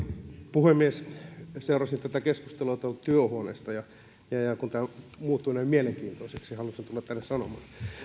puhemies seurasin tätä keskustelua työhuoneesta ja kun tämä muuttui näin mielenkiintoiseksi halusin tulla tänne sanomaan